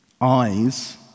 Eyes